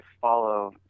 follow